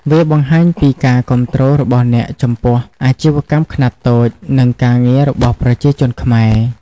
វាបង្ហាញពីការគាំទ្ររបស់អ្នកចំពោះ អាជីវកម្មខ្នាតតូច និងការងាររបស់ប្រជាជនខ្មែរ។